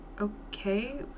Okay